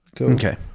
Okay